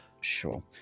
Sure